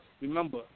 remember